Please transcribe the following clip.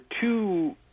two